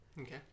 Okay